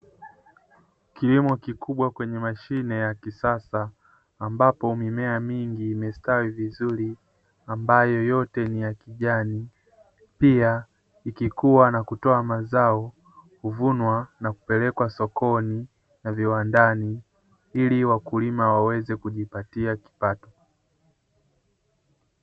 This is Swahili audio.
Kilimo kikubwa kwenye mashine ya kisasa ambapo mimea mingi imestawi vizuri ambayo yote ni ya kijani pia ikikuwa na kutoa mazao, kuvunwa na kupelekwa sokoni na viwandani ili wakulima waweze kujipatia kipato.